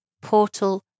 portal